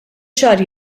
xahar